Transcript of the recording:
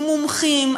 עם מומחים,